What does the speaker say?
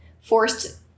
forced